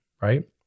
right